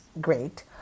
great